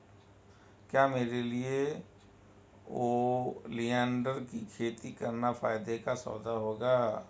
क्या मेरे लिए ओलियंडर की खेती करना फायदे का सौदा होगा?